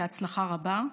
בהצלחה רבה.